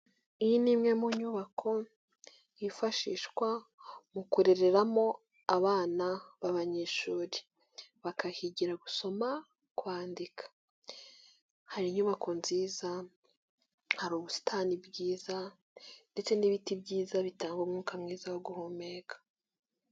Iyi ni imwe mu nyubako, hifashishwa mu kurereramo abana b'abanyeshuri. Bakahigira gusoma, kwandika, hari inyubako nziza, hari ubusitani bwiza ndetse n'ibiti byiza bitanga umwuka mwiza wo guhumeka.